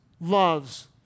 loves